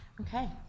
Okay